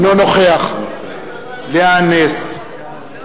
אינו נוכח לאה נס,